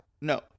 No